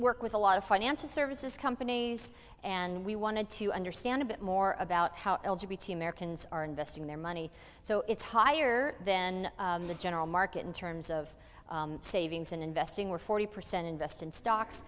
work with a lot of financial services companies and we wanted to understand a bit more about how are investing their money so it's higher then the general market in terms of savings in investing were forty percent invest in stocks